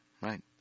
Right